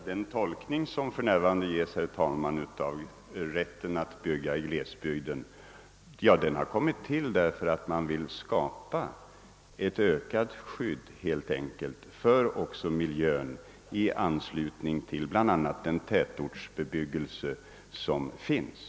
Herr talman! Den tolkning som för närvarande tillämpas när det gäller rätten att bygga ansluter helt enkelt till att man vill skapa ett ökat skydd också för miljön intill den tätortsbebyggelse som finns.